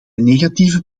negatieve